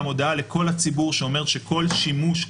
הודעה לכל הציבור שאומרת שכל שימוש,